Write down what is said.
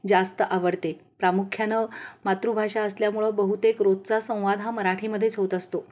जास्त आवडते प्रामुख्यानं मातृभाषा असल्यामुळं बहुतेक रोजचा संवाद हा मराठीमध्येच होत असतो